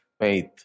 faith